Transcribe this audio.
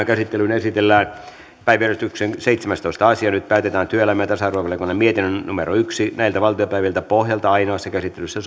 käsittelyyn esitellään päiväjärjestyksen seitsemästoista asia nyt päätetään työelämä ja tasa arvovaliokunnan mietinnön yksi pohjalta ainoassa käsittelyssä